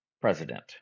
president